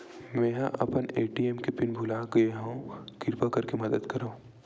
मेंहा अपन ए.टी.एम के पिन भुला गए हव, किरपा करके मदद करव